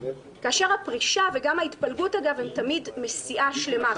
כאשר הפרישה וגם ההתפלגות אגב הן תמיד מסיעה שלמה.